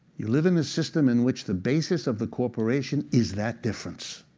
you live in a system in which the basis of the corporation is that difference.